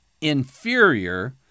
inferior